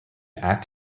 act